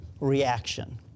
reaction